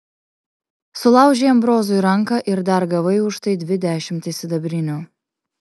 sulaužei ambrozui ranką ir dar gavai už tai dvi dešimtis sidabrinių